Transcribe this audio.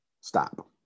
stop